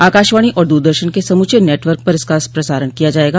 आकाशवाणी और दूरदर्शन के समूचे नेटवर्क पर इसका प्रसारण किया जाएगा